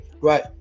Right